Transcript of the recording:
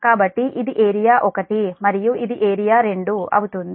కాబట్టి ఇది ఏరియా 1 మరియు ఇది ఏరియా 2 అవుతుంది